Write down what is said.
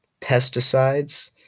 pesticides